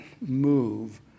move